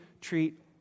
treat